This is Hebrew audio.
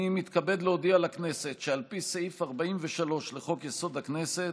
אני מתכבד להודיע לכנסת שעל פי סעיף 43 לחוק-יסוד: הכנסת,